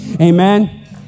Amen